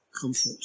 comfort